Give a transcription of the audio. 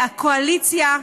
הקואליציה,